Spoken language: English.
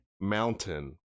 mountain